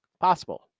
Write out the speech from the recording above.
Possible